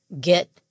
Get